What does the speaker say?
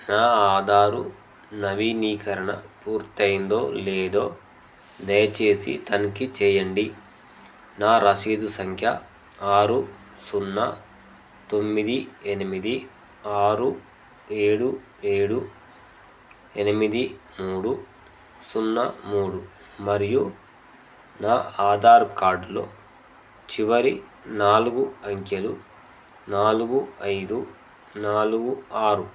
నా ఆధారు నవీనీకరణ పూర్తయిందో లేదో దయచేసి తనిఖీ చేయండి నా రసీదు సంఖ్య ఆరు సున్నా తొమ్మిది ఎనిమిది ఆరు ఏడు ఏడు ఎనిమిది మూడు సున్నా మూడు మరియు నా ఆధార్ కార్డ్లో చివరి నాలుగు అంకెలు నాలుగు ఐదు నాలుగు ఆరు